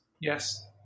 Yes